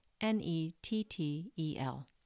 N-E-T-T-E-L